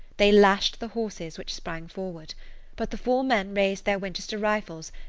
they lashed the horses which sprang forward but the four men raised their winchester rifles,